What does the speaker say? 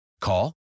Call